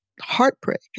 heartbreak